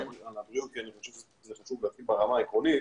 ה בריאות כי אני חושב שזה חשוב ברמה העקרונית,